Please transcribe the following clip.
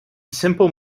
simple